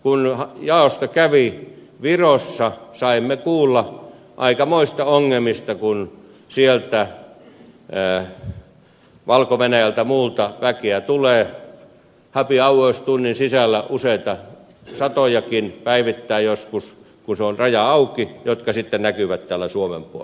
kun jaosto kävi virossa saimme kuulla aikamoisista ongelmista kun valko venäjältä ja muualta väkeä tulee happy hour tunnin sisällä useita satojakin joskus päivittäin kun raja on auki ja he sitten näkyvät täällä suomen puolella